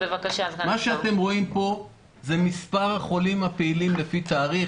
אתם רואים פה את מספר החולים הפעילים לפי תאריך,